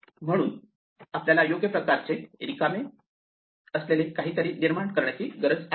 म्हणून आपल्याला योग्य प्रकारचे रिकामे असलेले काहीतरी निर्माण करण्याची गरज आहे